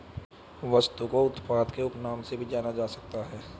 वस्तु को उत्पाद के उपनाम से भी जाना जा सकता है